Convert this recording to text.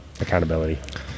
accountability